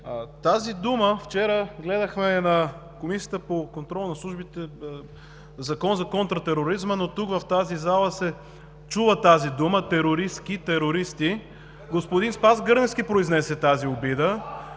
Вчера гледахме в Комисията за контрол над службите Закон за контратероризма, но тук, в тази зала, се чуват думите „терористки“, „терористи“. Господин Спас Гърневски произнесе тази обида.